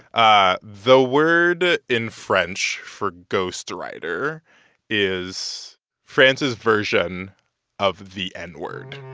ah the word in french for ghostwriter is france's version of the n-word.